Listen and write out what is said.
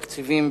תקציבים,